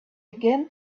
again